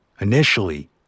Initially